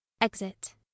Exit